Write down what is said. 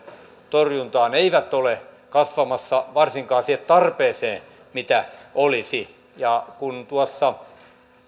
torjuntaan eivät ole kasvamassa varsinkaan siihen tarpeeseen nähden mitä olisi ja kun tuossa